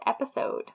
episode